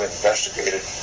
investigated